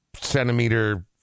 centimeter